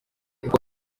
uko